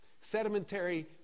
sedimentary